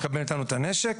מקבל מאיתנו את הנשק.